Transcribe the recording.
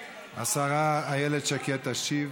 השרה איילת שקד תשיב.